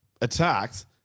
attacked